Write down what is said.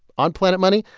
on planet money,